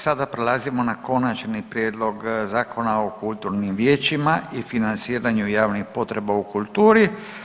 Sada prelazimo na Konačni prijedlog Zakona o kulturnim vijećima i financiranju javnih potreba u kulturi.